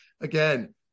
again